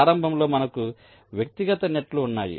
ప్రారంభంలో మనకు వ్యక్తిగత నెట్ లు ఉన్నాయి